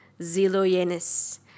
Ziloyenis